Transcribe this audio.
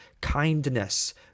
kindness